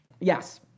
Yes